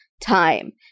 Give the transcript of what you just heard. time